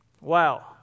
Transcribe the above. Wow